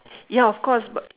ya of course but